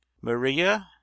Maria